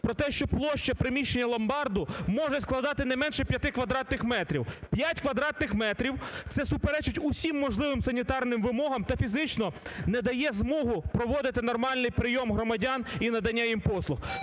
про те, що площа приміщення ломбарду може складати не менше 5 квадратних метрів. 5 квадратних метрів – це суперечить усім можливим санітарних вимогам та фізично не дає змогу проводити нормальний прийом громадян і надання їм послуг.